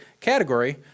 category